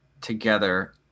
together